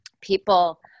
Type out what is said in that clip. people